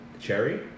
Cherry